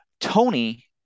Tony